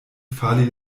fali